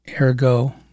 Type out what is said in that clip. ergo